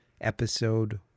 Episode